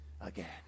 again